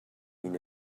mean